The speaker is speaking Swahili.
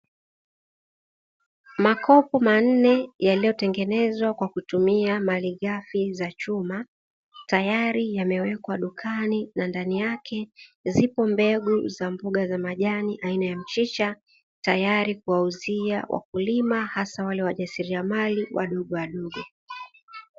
Makopo manne yaliyotengenezwa kwa kutumia malighafi za chuma, tayari yamewekwa dukani na ndani yake zipo mbegu za mboga za majani aina ya mchicha tayari kwauzia wakulima hasa wale wajasiriamali wadogowadogo.